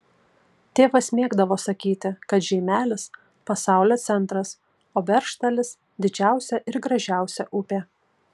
tėvas mėgdavo sakyti kad žeimelis pasaulio centras o beržtalis didžiausia ir gražiausia upė